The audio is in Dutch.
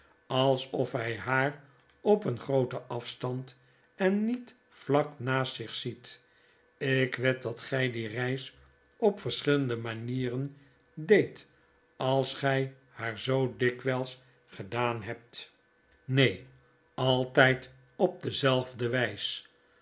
alsof hy haar op een grooten afstand en niet vlak naast zich ziet ik wed dat gy die reis op verschillende manieren deedt als gy haar zoo dikwyls gedaan hebt neen altyd op dezelfde wys